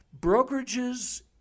brokerages